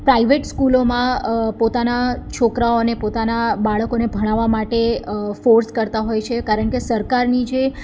private સ્કૂલોમાં પોતાના છોકરાઓને પોતાનાં બાળકોને ભણાવવા માટે ફોર્સ કરતાં હોય છે કારણ કે સરકારની જે